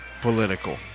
political